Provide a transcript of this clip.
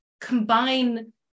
combine